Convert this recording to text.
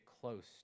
close